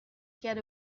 get